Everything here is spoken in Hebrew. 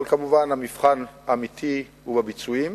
אבל, כמובן, המבחן האמיתי הוא הביצועים,